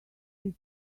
his